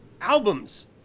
albums